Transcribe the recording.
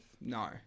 No